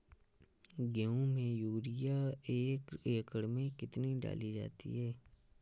गेहूँ में यूरिया एक एकड़ में कितनी डाली जाती है?